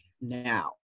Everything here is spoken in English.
now